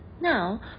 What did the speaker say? Now